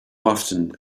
often